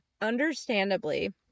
Understandably